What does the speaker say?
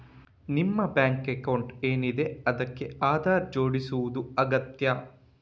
ನಿಮ್ಮ bank account ಏನಿದೆ ಅದಕ್ಕೆ ಆಧಾರ್ ಜೋಡಿಸುದು ಅಗತ್ಯ